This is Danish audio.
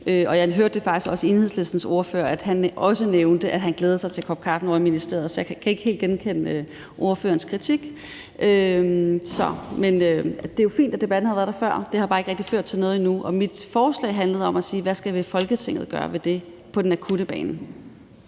og jeg hørte faktisk også, at Enhedslistens ordfører nævnte, at han glædede sig til at få en kop kaffe ovre i ministeriet. Så jeg kan ikke helt genkende ordførerens kritik. Det er fint, at debatten har været der før, men det har bare ikke rigtig ført til noget endnu, og mit forslag handlede om at spørge om, hvad Folketinget helt akut skulle gøre